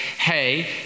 hey